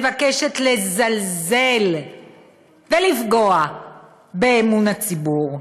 מבקשת לזלזל ולפגוע באמון הציבור.